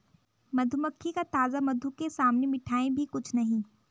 मधुमक्खी का ताजा मधु के सामने मिठाई भी कुछ नहीं